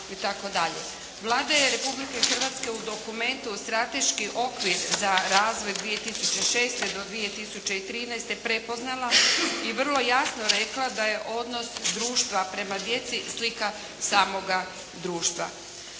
Vlada je Republike Hrvatske u dokumentu Strateški okvir za razvoj 2006. do 2013. prepoznala i vrlo jasno rekla da je odnos društva prema djeci slika samog društva.